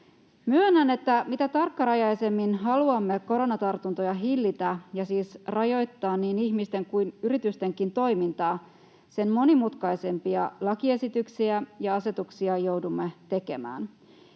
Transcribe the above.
Myönnän, että mitä tarkkarajaisemmin haluamme koronatartuntoja hillitä ja siis rajoittaa niin ihmisten kuin yritystenkin toimintaa, sen monimutkaisempia lakiesityksiä ja asetuksia joudumme tekemään.